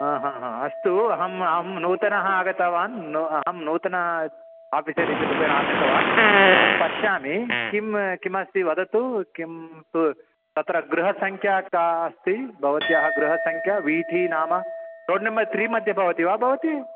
हा हा हा अस्तु अहम् अहं नूतनः आगतवान् अहं नूतन ओफ़िसर् इति रूपेण आगतवान् अहं पश्यामि किं किमस्ति वदतु किन्तु तत्र गृहसङ्ख्या का अस्ति भवत्याः गृहसङ्ख्या वीथी नाम रोड् नम्बर् त्रिमध्ये भवति वा भवती